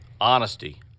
honesty